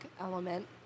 element